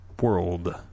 World